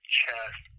chest